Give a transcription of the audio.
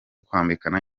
kwambikana